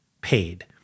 paid